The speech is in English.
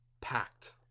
packed